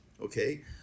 okay